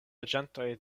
loĝantoj